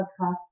Podcast